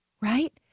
right